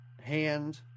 hand